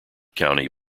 county